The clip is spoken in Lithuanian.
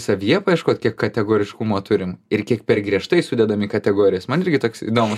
savyje paieškot kiek kategoriškumo turim ir kiek per griežtai sudedam į kategorijas man irgi toks įdomus